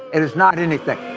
it is not anything